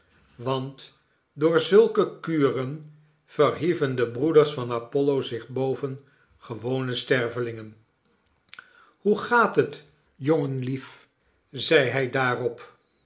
want door zulke kuren verhieven de breeders van apollo zich boven gewone stervelingen hoe gaat het jongenlief zeide hij daarop